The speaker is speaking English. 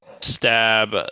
stab